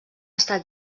estat